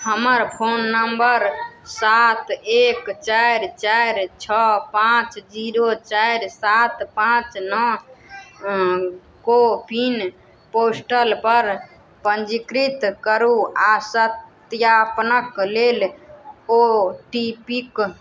हमर phone number सात एक चारि चारि छओ पाँच जीरो चारि सात पाँच नओ कोविन पोर्टलपर पञ्जीकृत करू आओर सत्यापनक लेल ओ टी पी के